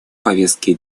повестке